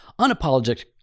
unapologetic